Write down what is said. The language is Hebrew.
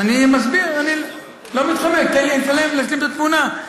אני מסביר, אני לא מתחמק, תן לי להשלים את התמונה.